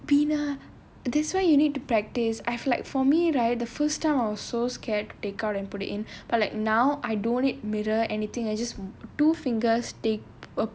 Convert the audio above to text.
meena that's why you need to practice I've like for me right the first time I was so scared take out and put it in but like now I don't mirror anything I just two fingers take uh